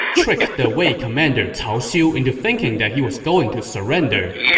tricked the wei commander cao xiu into thinking that he was going to surrender.